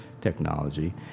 technology